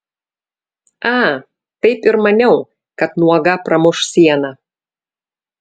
a taip ir maniau kad nuoga pramuš sieną